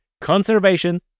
conservation